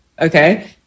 okay